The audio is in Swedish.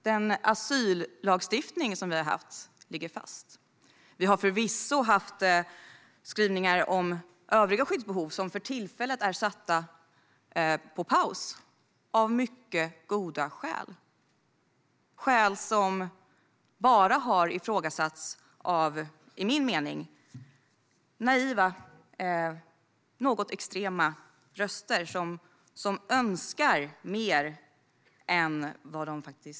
Vår asyllagstiftning ligger fast. Vi har förvisso haft skrivningar om övriga skyddsbehov, som för tillfället är satta på paus av mycket goda skäl, skäl som bara har ifrågasatts av enligt min mening naiva, något extrema röster som önskar mer än vad vi klarar av.